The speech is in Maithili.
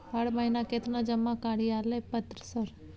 हर महीना केतना जमा कार्यालय पत्र सर?